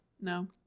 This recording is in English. No